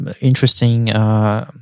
interesting